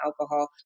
alcohol